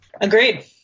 Agreed